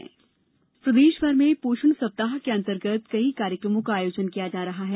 पोषण सप्ताह प्रदेश भर में पोषण सप्ताह के अंतर्गत कई कार्यक्रमों का आयोजन किया जा रहा है